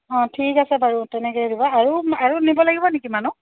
অঁ ঠিক আছে বাৰু তেনেকে দিবা আৰু আৰু নিব লাগিব নেকি মানুহ